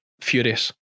furious